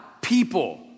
people